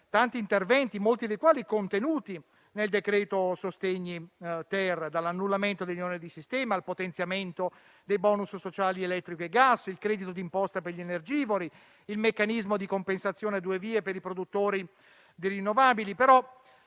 tanti interventi, molti dei quali contenuti nel decreto-legge sostegni-*ter*, dall'annullamento degli oneri di sistema, al potenziamento dei *bonus* sociali, elettrico e gas, al credito d'imposta per gli energivori, al meccanismo di compensazione a due vie per i produttori di energie